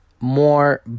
more